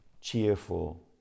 cheerful